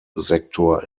sektor